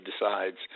decides